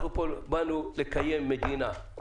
אנחנו באנו לקיים פה מדינה,